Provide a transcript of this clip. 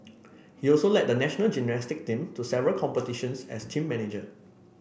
he also led the national gymnastic team to several competitions as team manager